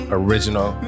original